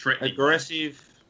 aggressive